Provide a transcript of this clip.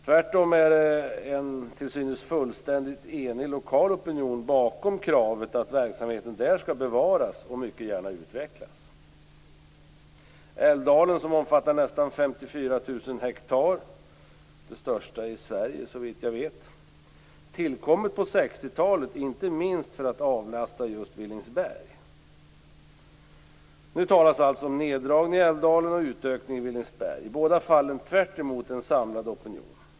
Tvärtom är det en till synes fullständigt enig lokal opinion bakom kravet att verksamheten där skall bevaras och mycket gärna utvecklas. hektar. Det är det största i Sverige, såvitt jag vet. Det är tillkommet på 60-talet, inte minst för att avlasta just Villingsberg. Nu talas det om neddragningar i Älvdalen och utökning i Villingsberg, i båda fallen tvärtemot en samlad opinion.